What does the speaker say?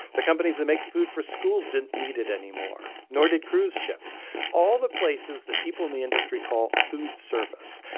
the companies that make food for schools didn't need it anymore, nor did cruise ships all the places that people in the industry call food service.